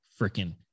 freaking